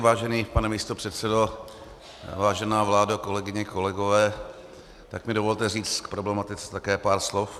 Vážený pane místopředsedo, vážená vládo, kolegyně, kolegové, tak mi dovolte říct k problematice také pár slov.